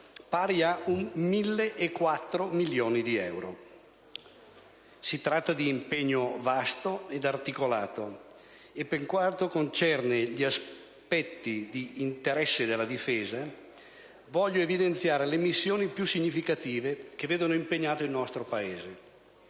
pari a 1.004 milioni di euro. Si tratta di impegno vasto ed articolato e per quanto concerne gli aspetti di interesse della Difesa voglio evidenziare le missioni più significative che vedono impegnato il nostro Paese.